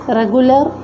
regular